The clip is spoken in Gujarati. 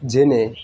જેને